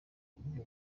ibyo